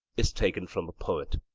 is taken from a poet.